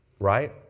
right